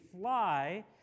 fly